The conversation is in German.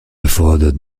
erfordert